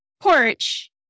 porch